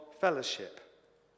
fellowship